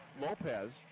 Lopez